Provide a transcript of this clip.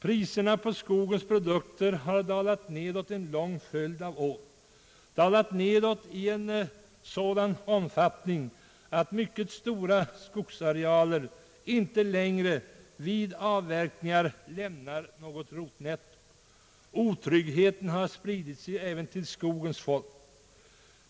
Priserna på skogens produkter har dalat nedåt en lång följd av år — dalat nedåt i en sådan omfattning att mycket stora skogsarealer inte längre lämnar något rotnetto vid avverkningar. Otryggheten har spridit sig även till skogens folk.